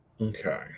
Okay